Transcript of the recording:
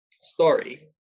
story